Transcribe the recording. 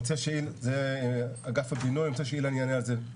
זה אגף הבינוי, אני רוצה שאילן יענה על זה.